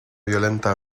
violenta